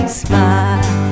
smile